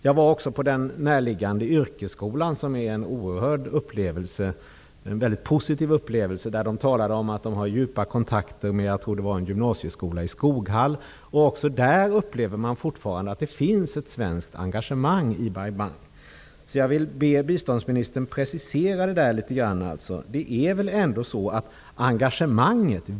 Jag var också på den närliggande yrkesskolan, som är en oerhört positiv upplevelse. Där berättade man om djupa kontakter med en gymnasieskola i Skoghall. Också på denna yrkesskola upplever man fortfarande att det finns ett svenskt engagemang i Sveriges engagemang litet grand.